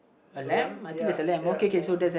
a lamp ya ya small one